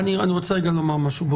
אני רוצה לומר משהו.